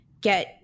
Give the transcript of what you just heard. get